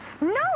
No